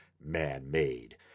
man-made